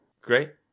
Great